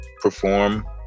perform